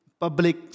public